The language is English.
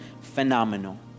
phenomenal